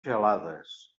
gelades